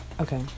okay